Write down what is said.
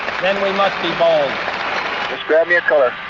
then we must be bold! just grab me a color.